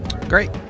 great